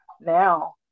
now